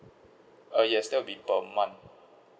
uh yes that will be per month